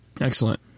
Excellent